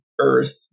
Earth